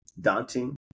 daunting